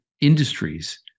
industries